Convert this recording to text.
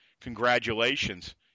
congratulations